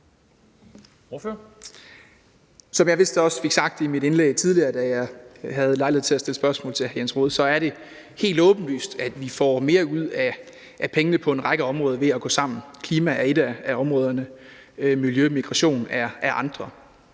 Som jeg vist også fik sagt i mit indlæg tidligere, da jeg havde lejlighed til at stille spørgsmål til hr. Jens Rohde, så er det helt åbenlyst, at vi får mere ud af pengene på en række områder ved at gå sammen. Klima er et af områderne, miljø og migration er andre.